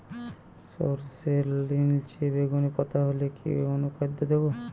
সরর্ষের নিলচে বেগুনি পাতা হলে কি অনুখাদ্য দেবো?